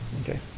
okay